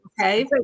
Okay